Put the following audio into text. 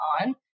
on